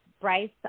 Bryce